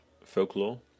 folklore